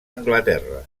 anglaterra